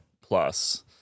plus